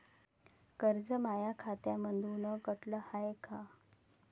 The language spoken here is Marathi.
कर्ज माया खात्यामंधून कटलं हाय का?